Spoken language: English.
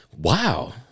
Wow